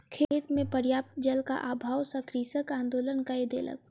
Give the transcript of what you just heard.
खेत मे पर्याप्त जलक अभाव सॅ कृषक आंदोलन कय देलक